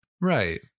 Right